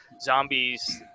zombies